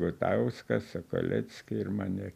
gutauską sokoleckį ir mane